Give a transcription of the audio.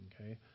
Okay